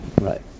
Right